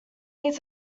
need